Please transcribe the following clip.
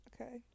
Okay